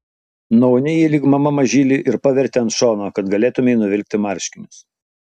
nuauni jį lyg mama mažylį ir paverti ant šono kad galėtumei nuvilkti marškinius